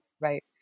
Right